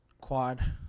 Quad